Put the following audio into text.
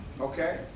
okay